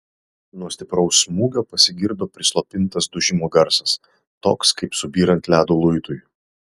nuo stipraus smūgio pasigirdo prislopintas dužimo garsas toks kaip subyrant ledo luitui